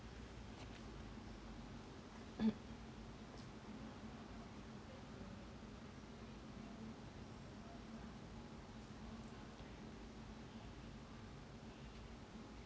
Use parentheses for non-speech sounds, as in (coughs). (coughs)